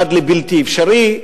עד בלתי אפשרי,